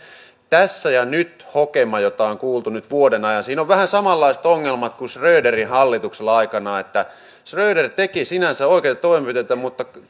tässä ja nyt hokemassa jota on kuultu nyt vuoden ajan on vähän samanlaiset ongelmat kuin schröderin hallituksella aikanaan että schröder teki sinänsä oikeita toimenpiteitä mutta